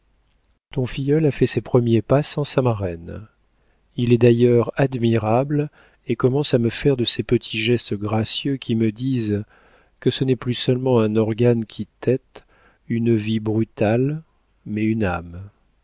ton filleul a fait ses premiers pas sans sa marraine il est d'ailleurs admirable et commence à me faire de ces petits gestes gracieux qui me disent que ce n'est plus seulement un organe qui tette une vie brutale mais une âme